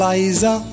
Liza